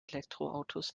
elektroautos